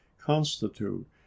constitute